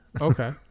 Okay